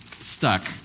stuck